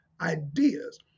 ideas